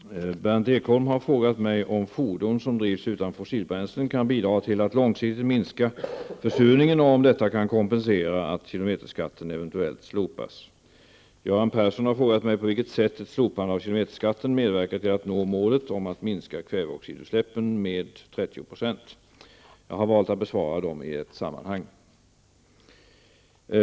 Herr talman! Berndt Ekholm har frågat mig om fordon som drivs utan fossilbränslen kan bidra till att långsiktigt minska försurningen och om detta kan kompensera att kilometerskatten eventuellt slopas. Göran Persson har frågat mig på vilket sätt ett slopande av kilometerskatten medverkar till att nå målet om att minska kväveoxidutsläppen med Jag har valt att besvara frågorna i ett sammanhang.